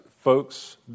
folks